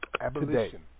Abolition